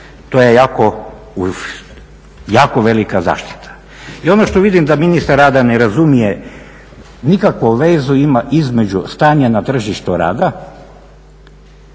To je jako velika zaštita. I ono što vidim da ministar rada ne razumije nikakvu vezu između stanja na tržištu rada,